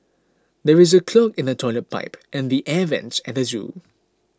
there is a clog in the Toilet Pipe and the Air Vents at the zoo